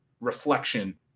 reflection